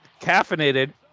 caffeinated